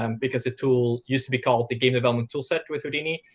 um because the tool used to be called the game development toolset with houdini,